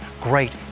great